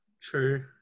True